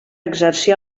exercir